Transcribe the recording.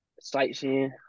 sightseeing